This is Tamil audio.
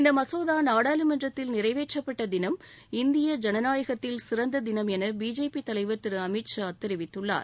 இந்தமசோதாநாடாளுமன்றத்தில் நிறைவேற்றப்பட்டதினம் இந்திய ஜனநாயகத்தில் சிறந்ததினம் எனபிஜேபிதலைவர் திரூ அமித் ஷா தெரிவித்துள்ளார்